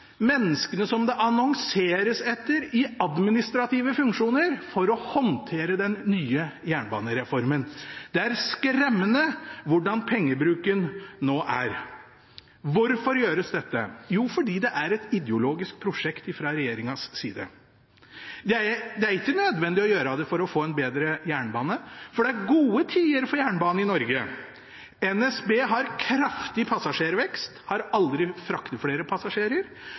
menneskene som det annonseres etter i administrative funksjoner for å håndtere den nye jernbanereformen. Det er skremmende hvordan pengebruken er nå. Hvorfor gjøres dette? Fordi det er et ideologisk prosjekt fra regjeringens side. Det er ikke nødvendig å gjøre det for å få en bedre jernbane, for det er gode tider for jernbanen i Norge. NSB har kraftig passasjervekst, de har aldri fraktet flere passasjerer,